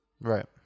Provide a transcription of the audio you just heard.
Right